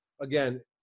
Again